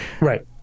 right